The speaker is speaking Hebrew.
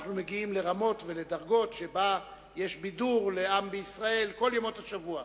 אנחנו מגיעים לרמות ולדרגות שבהן יש בידור לעם ישראל כל ימות השבוע,